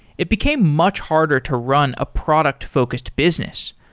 it became much harder to run a product-focused business.